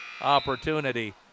opportunity